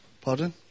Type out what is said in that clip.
Pardon